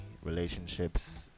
relationships